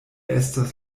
estas